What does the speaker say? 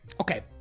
Okay